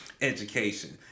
education